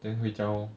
then 回家 lor